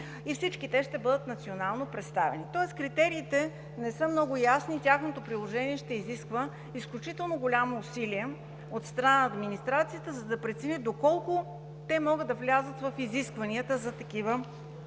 Всички те ще бъдат национално представени, тоест критериите не са много ясни, а тяхното приложение ще изисква изключително голямо усилие от страна на администрацията, за да прецени доколко те могат да влязат в изискванията за такива